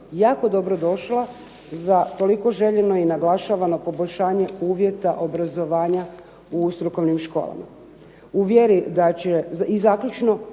jako dobro došla za toliko željeno i naglašavano poboljšanje uvjeta obrazovanja u strukovnim školama. I zaključno